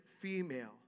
female